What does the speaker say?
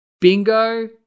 Bingo